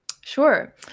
Sure